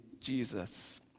Jesus